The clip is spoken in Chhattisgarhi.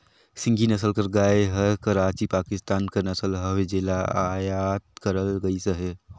सिंघी नसल कर गाय हर कराची, पाकिस्तान कर नसल हवे जेला अयात करल गइस अहे